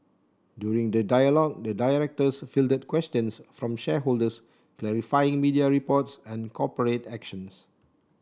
during the dialogue the directors fielded questions from shareholders clarifying media reports and corporate actions